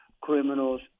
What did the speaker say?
criminals